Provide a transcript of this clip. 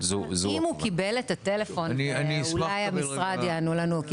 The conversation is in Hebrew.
אם הוא קיבל את הטלפון, ואולי המשרד יענו לנו.